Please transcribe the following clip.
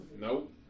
Nope